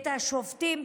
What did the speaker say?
את השופטים,